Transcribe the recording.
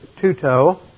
tuto